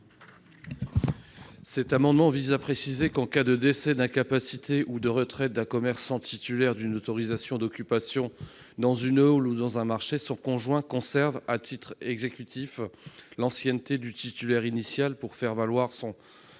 amendement vise à préciser que, en cas de décès, d'incapacité ou de retraite d'un commerçant titulaire d'une autorisation d'occupation dans une halle ou un marché, son conjoint conserve, à titre exclusif, l'ancienneté du titulaire initial pour faire valoir son